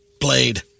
blade